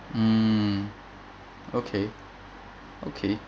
mm okay okay